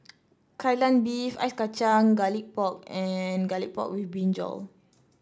Kai Lan Beef Ice Kacang Garlic Pork and Garlic Pork with brinjal